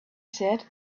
said